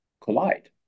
collide